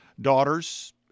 daughters